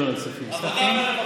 לא, לא, כספים.